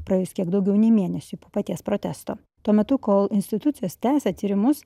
praėjus kiek daugiau nei mėnesiui po paties protesto tuo metu kol institucijos tęsia tyrimus